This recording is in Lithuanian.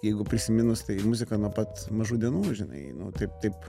jeigu prisiminus tai muzika nuo pat mažų dienų žinai nu taip taip